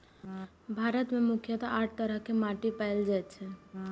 भारत मे मुख्यतः आठ तरह के माटि पाएल जाए छै